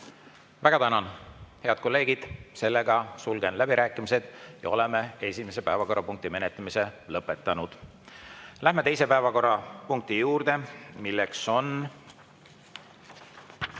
Väga tänan! Head kolleegid! Sulgen läbirääkimised ja oleme esimese päevakorrapunkti menetlemise lõpetanud. Läheme teise päevakorrapunkti juurde, milleks on